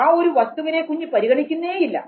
ആ ഒരു വസ്തുവിനെ കുഞ്ഞ് പരിഗണിക്കുന്നേയില്ല